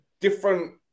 different